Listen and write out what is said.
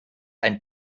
ein